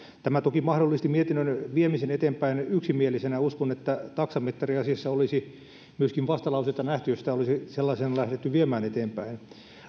tämä toki mahdollisti mietinnön viemisen eteenpäin yksimielisenä uskon että taksamittariasiassa olisi myöskin vastalauseita nähty jos sitä olisi sellaisenaan lähdetty viemään eteenpäin